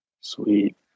Sweet